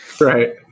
Right